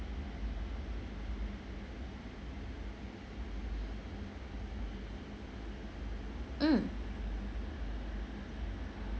mm